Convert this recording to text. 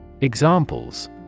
Examples